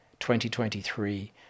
2023